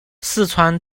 四川